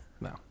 no